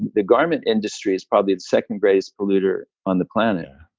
the garment industry is probably the second greatest polluter on the planet.